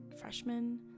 freshman